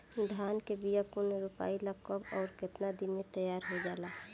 धान के बिया पुनः रोपाई ला कब और केतना दिन में तैयार होजाला?